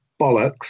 bollocks